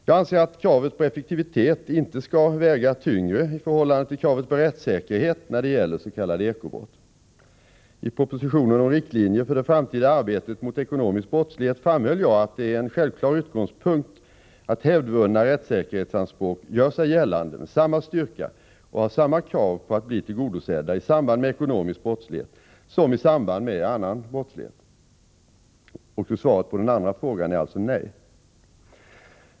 Jag anser att kravet på effektivitet inte skall väga tyngre i förhållande till kravet på rättssäkerhet när det gäller s.k. eko-brott. I propositionen om riktlinjer för det framtida arbetet mot ekonomisk brottslig het framhöll jag att det är en självklar utgångspunkt att hävdvunna rättssäkerhetsanspråk gör sig gällande med samma styrka och har samma krav på att bli tillgodosedda i samband med ekonomisk brottslighet som i samband med annan brottslighet. Också svaret på den andra frågan är alltså nej.